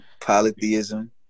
Polytheism